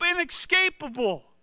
inescapable